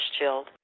chilled